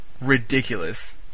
Ridiculous